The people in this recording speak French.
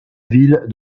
ville